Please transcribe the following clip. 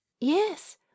Yes